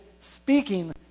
speaking